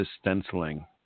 stenciling